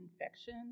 infection